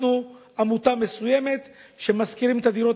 אנחנו עמותה מסוימת שמשכירים את הדירות